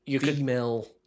female